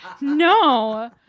No